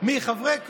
מחברי קואליציה: